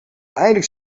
eindelijk